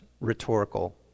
rhetorical